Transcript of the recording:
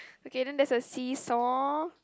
okay then there's a see-saw